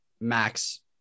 max